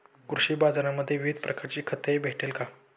कृषी बाजारांमध्ये विविध प्रकारची खते भेटेल का?